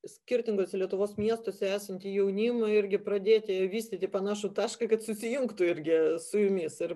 skirtinguose lietuvos miestuose esantį jaunimą irgi pradėti vystyti panašų tašką kad susijungtų irgi su jumis ir